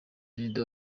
perezida